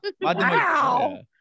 Wow